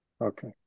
Okay